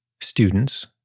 students